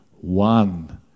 One